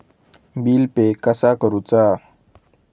Bill pay कसा करुचा?